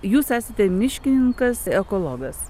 jūs esate miškininkas ekologas